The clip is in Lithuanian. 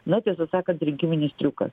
na tiesą sakant rinkiminis triukas